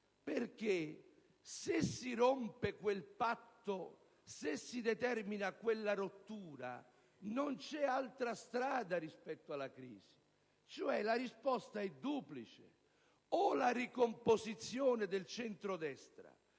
perché se si rompe quel patto, se si determina quella rottura, non c'è altra strada rispetto alla crisi. In altri termini, la risposta è duplice: o la ricomposizione del centrodestra,